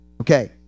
okay